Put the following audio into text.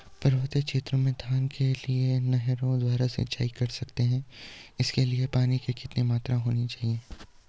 पर्वतीय क्षेत्रों में धान के लिए नहरों द्वारा सिंचाई कर सकते हैं इसके लिए पानी की कितनी मात्रा होनी चाहिए?